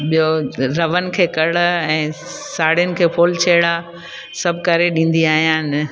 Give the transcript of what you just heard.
ॿियो रवनि खे कड़ ऐं साड़ियुनि खे फुल छेड़ा सभु करे ॾींदी अयानि